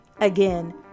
Again